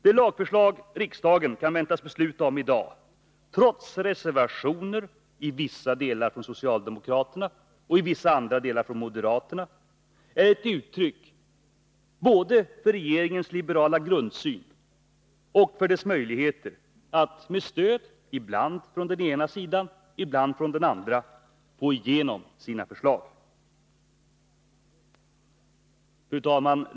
Det lagförslag riksdagen kan väntas besluta om i dag, trots reservationer —i vissa delar från socialdemokraterna och vissa andra delar från moderaterna — är ett uttryck både för regeringens liberala grundsyn och för dess möjligheter att med stöd, ibland från den ena sidan och ibland från den andra, förverkliga sin politik. Fru talman!